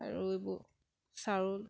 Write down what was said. আৰু এইবোৰ চাউল